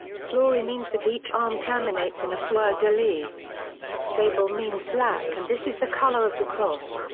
flory means that each arm terminates in a fleur-de-lis. sable means black and this is the colour of the cross.